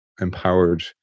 empowered